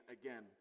again